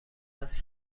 است